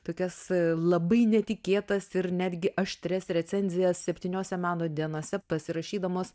tokias labai netikėtas ir netgi aštrias recenzijas septyniose meno dienose pasirašydamos